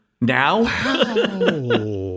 now